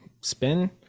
spin